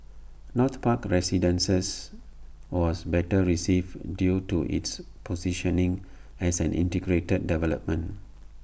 north park residences was better received due to its positioning as an integrated development